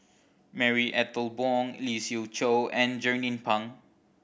Marie Ethel Bong Lee Siew Choh and Jernnine Pang